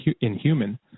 inhuman